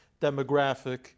demographic